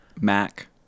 Mac